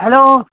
hello